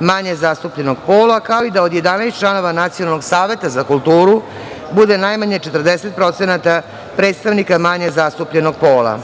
manje zastupljenog pola, kao i od 11 članova Nacionalnog saveta za kulturu bude najmanje 40% predstavnika manje zastupljenog pola.